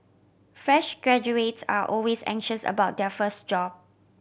fresh graduates are always anxious about their first job